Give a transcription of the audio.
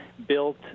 Built